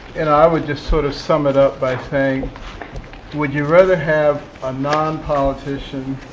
and i would just, sort of, sum it up by saying would you rather have a non-politician